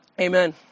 Amen